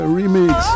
remix